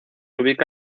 ubica